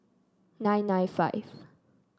nine nine five